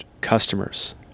customers